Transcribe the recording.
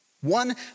One